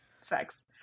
sex